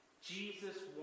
Jesus